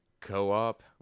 co-op